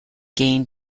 gain